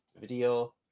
video